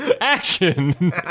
Action